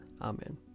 Amen